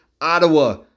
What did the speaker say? Ottawa